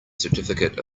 certificate